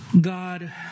God